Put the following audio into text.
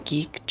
Geek